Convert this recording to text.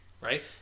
right